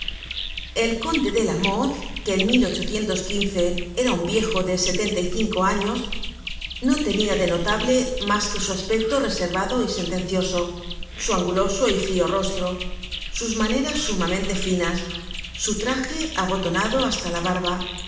el conde de lamothe que en era un viejo de setenta y cinco años no tenia de notable mas que su aspecto reservado y sentencioso su anguloso y frio rostro sus maneras sumamente finas su traje abotonado hasta la barba